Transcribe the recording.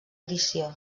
edició